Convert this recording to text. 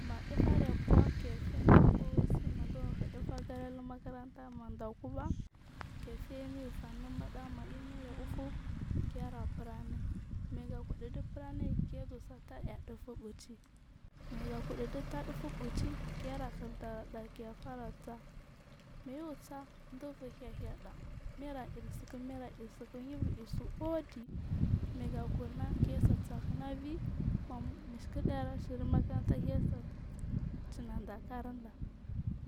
Ma dufuri buuh kefenda akusina dabur hir dufugari lu makaranta ga kuba kefe umi ufu anu muda ma imir a ufu kera franin mayaka udu di furani kele tar ar dufu ɓichi mayakudu dutaah duffuh ɓichi kele hir daraɗa kefara saa mayibur saa dabur haida mai la dil siku maila dil siku yibur isu udi mayaga kunna kesasahina ivi miskirɗa ar asibu makaranta kesa chinanda karinda